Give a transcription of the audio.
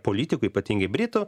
politikų ypatingai britų